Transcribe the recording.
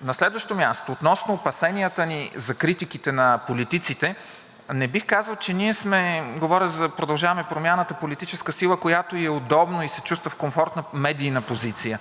На следващо място, относно опасенията ни за критиките на политиците, не бих казал, че ние сме, говоря за „Продължаваме Промяната“, политическата сила, на която ù е удобно и се чувства в комфортна медийна позиция.